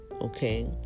Okay